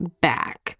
back